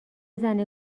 زنه